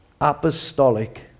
apostolic